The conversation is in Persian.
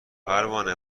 پروانه